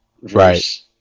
Right